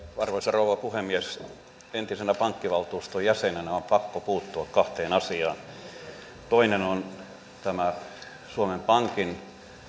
arvoisa rouva puhemies entisenä pankkivaltuuston jäsenenä on pakko puuttua kahteen asiaan toinen on suomen pankin